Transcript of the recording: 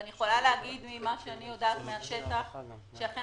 אני יכולה להגיד ממה שאני יודעת מהשטח שאכן